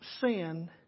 sin